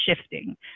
shifting